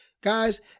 guys